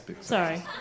Sorry